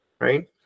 right